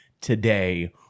today